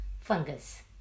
fungus